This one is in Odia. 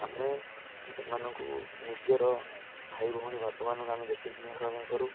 ଆମେ ସେମାନଙ୍କୁ ନିଜର ଭାଇ ଭଉଣୀ ବାପାମାନଙ୍କୁ ଆମେ ଯେତିକି ସ୍ନେହ ଶ୍ରଦ୍ଧା କରୁ